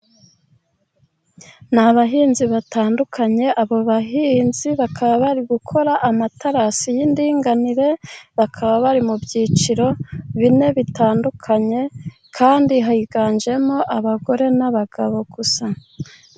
Ni abahinzi batandukanye. Abo bahinzi bakaba bari gukora amaterasi y'indinganire, bakaba bari mu byiciro bine bitandukanye, kandi higanjemo abagore, n'abagabo gusa.